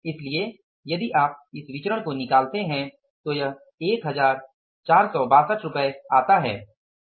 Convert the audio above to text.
इसलिए यदि आप इस विचरण को निकालते हैं तो यह 1462 रुपये आता है